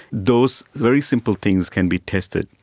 those very simple things can be tested,